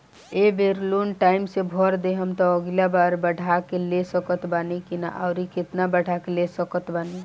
ए बेर loan time से भर देहम त अगिला बार बढ़ा के ले सकत बानी की न आउर केतना बढ़ा के ले सकत बानी?